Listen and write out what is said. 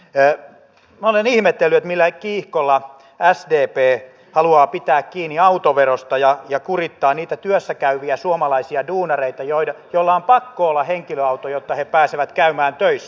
minä olen ihmetellyt millä kiihkolla sdp haluaa pitää kiinni autoverosta ja kurittaa niitä työssä käyviä suomalaisia duunareita joilla on pakko olla henkilöauto jotta he pääsevät käymään töissä